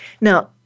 Now